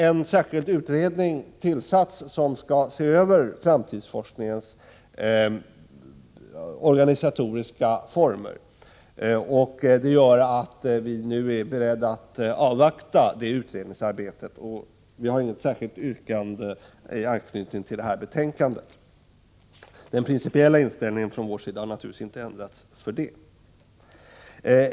En särskild utredning har tillsatts, som skall se över framtidsforskningens organisatoriska former. Det gör att vi nu är beredda att avvakta utredningsarbetet. Vi har därför inget särskilt yrkande vad gäller detta betänkande. Vår principiella inställning har naturligtvis inte ändrats för den skull.